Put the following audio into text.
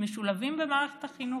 משולבים במערכת החינוך.